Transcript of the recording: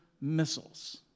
missiles